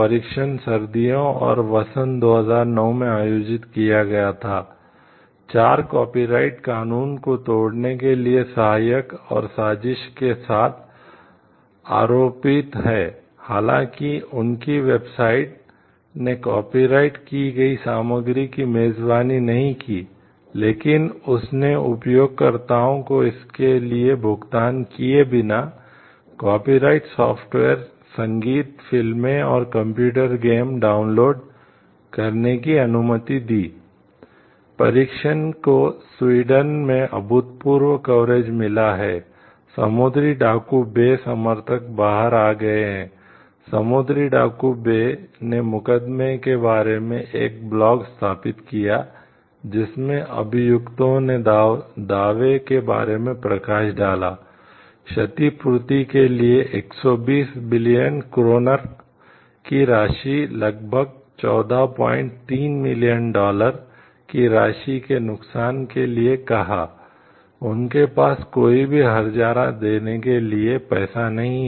परीक्षण को स्वीडन की राशि के नुकसान के लिए कहा उनके पास कोई भी हर्जाना देने के लिए पैसे नहीं हैं